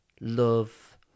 love